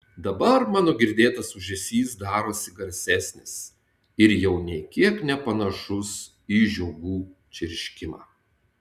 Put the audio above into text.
dabar mano girdėtas ūžesys darosi garsesnis ir jau nė kiek nepanašus į žiogų čirškimą